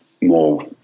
more